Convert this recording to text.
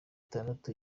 itandatu